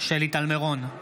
שלי טל מירון,